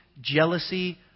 jealousy